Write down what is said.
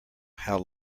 how